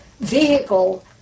vehicle